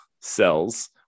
cells